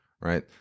right